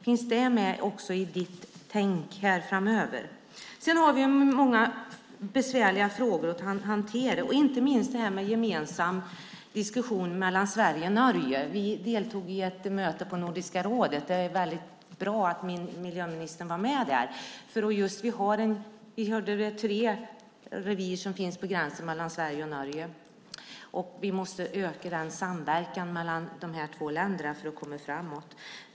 Finns det med i miljöministerns tänk framöver? Vi har många besvärliga frågor att hantera. Inte minst gäller det den gemensamma diskussionen mellan Sverige och Norge. Vi deltog i ett möte på Nordiska rådet, och det var bra att miljöministern var med. Vi fick höra att det finns tre revir på gränsen mellan Sverige och Norge. För att komma framåt måste vi därför öka samverkan mellan länderna.